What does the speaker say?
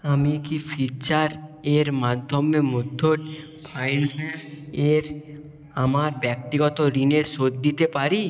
আমি কি ফিচার এর মাধ্যমে মুথুট ফাইন্যান্স এর আমার ব্যক্তিগত ঋণের শোধ দিতে পারি